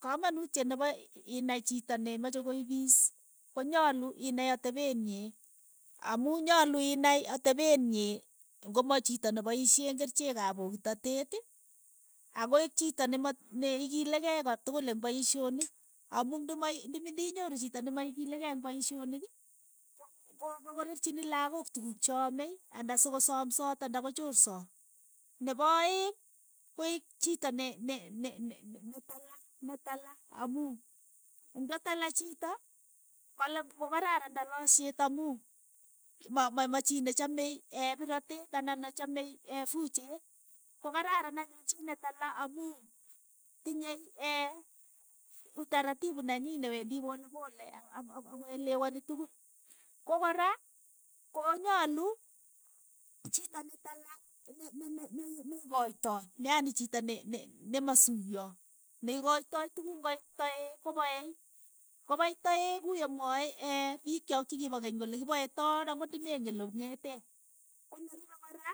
Kamanutiet nepo ii- i- inai chiito nemache koiipis, ko nyalu inai atepeet nyii, amu nyalu inai atepet nyii ngo ma chiito nepoishei kericheek ap pokitoteet, ang'oeek chiito ne ma neikilikei kotukul eng' paishoniik amu ndimai ndimi ndinyoru chito nemaikilikei eng' paishoniik, ko- ko- koreerchini lakook tukuuk che ame, anda sokosomsoot anda kochorsoot, nepo aeng' koeek chiito ne- ne- ne- netalaa, netalaa amu ndatala chito, kale kokararan talashiet amu ma- ma- machii ne chamei pirateet anan ne chame fucheet, ko kararan anyuun chii netala amu tinyei utaratipu nenyi ne wendii polepole ak- ak- ak- akoelewani tukun, ko kora, ko nyalu chito netala ne- ne- nei- neikoitoi, yaani chito ne- ne- ne masuyoo, ne ikoitoi tukuuk ng'o iit taeek kopae, kopai toeek ku yamwae piik chok chi kipo keny kole kipae too ang'ot ndimeng'en ole ng'etee, ko nerupee kora,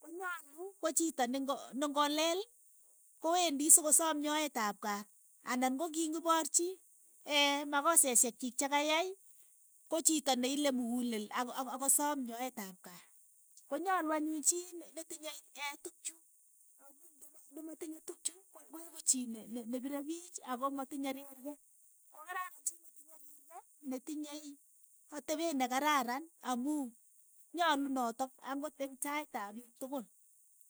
ko nyalu ko chito ne ng'o ne ng'o leel kowendii sokosaam nyoeet ap kaat, anan ng'o ki poorchi makoseshek chiik cha kayai, ko chiito ne ile mukuulel ako- ako- akosaam nyoeet ap kaat. Ko nyalu anyun chii ne- ne tinyei tukchu amu ndu ma ndumatinyei tukchu ko- ko eku chii ne- ne nepiire piich ako matinye riirkee, ko kararan chii ne tinyei riirke netinyei atepeet nekararan amu nyolu notok ang'ot eng' tait ap piik tukul.